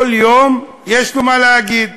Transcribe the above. כל יום יש לו מה להגיד.